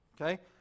Okay